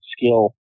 skill